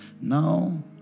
Now